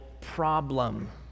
problem